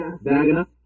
Vagina